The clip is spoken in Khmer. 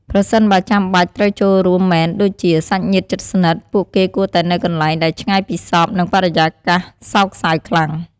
ប្រសិនបើចាំបាច់ត្រូវចូលរួមមែនដូចជា សាច់ញាតិជិតស្និទ្ធ ពួកគេគួរតែនៅកន្លែងដែលឆ្ងាយពីសព និងបរិយាកាសសោកសៅខ្លាំង។